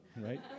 Right